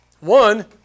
One